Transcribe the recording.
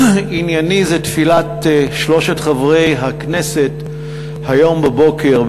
ענייני זה תפילת שלושת חברי הכנסת היום בבוקר,